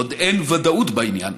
עוד אין ודאות בעניין,